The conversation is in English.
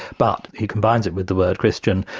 but he combines it with the word christian,